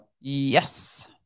Yes